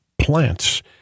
plants